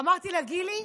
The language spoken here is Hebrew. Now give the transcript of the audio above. אמרתי לה: גילי,